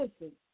listen